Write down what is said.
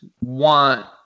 want